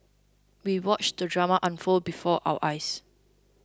we watched the drama unfold before our eyes